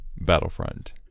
Battlefront